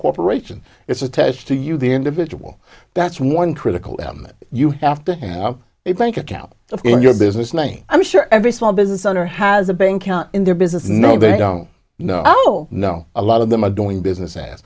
corporation it's attached to you the individual that's one critical them that you have to have a bank account in your business name i'm sure every small business owner has a bank account in their business no they don't know oh no a lot of them are doing business a